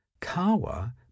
Kawa